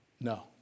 No